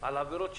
על עבירות,